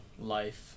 life